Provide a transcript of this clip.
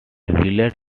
wheeled